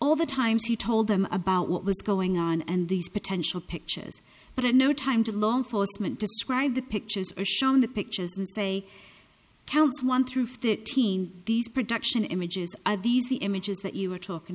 all the time she told them about what was going on and these potential pictures but at no time to law enforcement described the pictures shown the pictures say counts one through thirteen these production images are these the images that you were talking